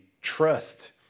trust